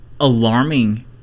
alarming